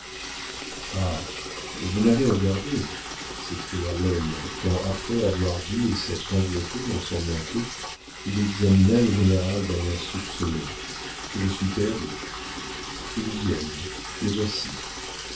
vous m'avez regardé s'écria l'homme quand après avoir bu et s'être enveloppé dans son manteau il examina le général d'un air soupçonneux je suis perdu ils viennent les voici